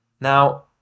Now